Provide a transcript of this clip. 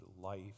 life